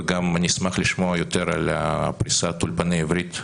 וגם אני אשמח לשמוע יותר על פריסת אולפני העברית,